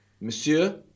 monsieur